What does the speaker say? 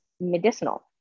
medicinal